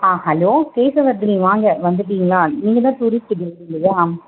ஆ hello Keshavardhini வாங்கள் வந்துட்டீங்களா நீங்கள்தான் டூரிஸ்ட்டு கைடுங்களா